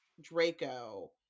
Draco